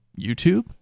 YouTube